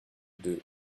deux